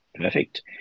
Perfect